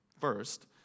first